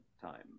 time